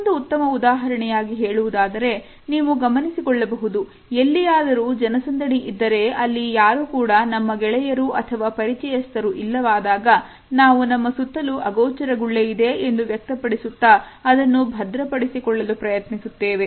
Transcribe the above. ಇನ್ನೊಂದು ಉತ್ತಮ ಉದಾಹರಣೆಯಾಗಿ ಹೇಳುವುದಾದರೆ ನೀವು ಗಮನಿಸಿ ಕೊಳ್ಳಬಹುದು ಎಲ್ಲಿಯಾದರೂ ಜನಸಂದಣಿ ಇದ್ದರೆ ಅಲ್ಲಿ ಯಾರೂ ಕೂಡ ನಮ್ಮ ಗೆಳೆಯರು ಅಥವಾ ಪರಿಚಯಸ್ತರು ಇಲ್ಲವಾದಾಗ ನಾವು ನಮ್ಮ ಸುತ್ತಲೂ ಅಗೋಚರ ಗುಳ್ಳೆಇದೆ ಎಂದು ವ್ಯಕ್ತಪಡಿಸುತ್ತಾ ಅದನ್ನು ಭದ್ರಪಡಿಸಿಕೊಳ್ಳಲು ಪ್ರಯತ್ನಿಸುತ್ತೇವೆ